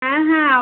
হ্যাঁ হ্যাঁ